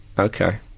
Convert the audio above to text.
Okay